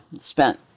spent